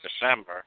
December